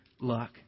luck